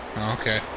Okay